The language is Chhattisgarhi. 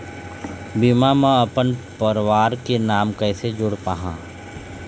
बीमा म अपन परवार के नाम कैसे जोड़ पाहां?